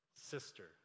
sister